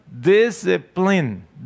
discipline